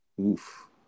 Oof